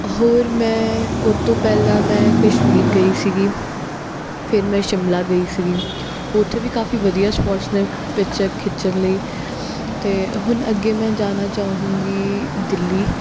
ਹੋਰ ਮੈਂ ਉਹ ਤੋਂ ਪਹਿਲਾਂ ਮੈਂ ਕਸ਼ਮੀਰ ਗਈ ਸੀਗੀ ਫਿਰ ਮੈਂ ਸ਼ਿਮਲਾ ਗਈ ਸੀਗੀ ਉੱਥੇ ਵੀ ਕਾਫੀ ਵਧੀਆ ਸਪੋਟਸ ਨੇ ਪਿਚਰ ਖਿੱਚਣ ਲਈ ਅਤੇ ਹੁਣ ਅੱਗੇ ਮੈਂ ਜਾਣਾ ਚਾਹੂੰਗੀ ਦਿੱਲੀ